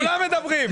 כולם מדברים.